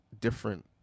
different